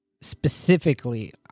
specifically